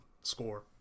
score